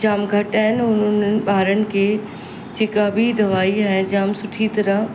जाम घटि आहिनि ऐं उन्हनि ॿारनि खे जेका बि दवाई आहे जाम सुठी तरह